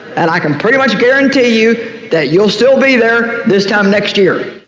and i can pretty much guarantee you that you'll still be there this time next year.